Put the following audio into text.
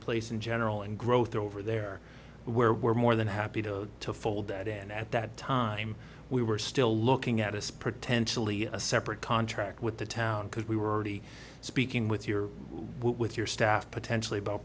place in general and growth over there where we're more than happy to to fold that and at that time we were still looking at us potentially a separate contract with the town because we were already speaking with your with your staff potentially about